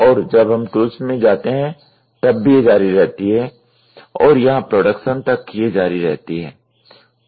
और जब हम टूल्स में जाते है तब भी ये जारी रहती है और यहां प्रोडक्शन तक ये जारी रहती है